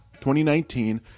2019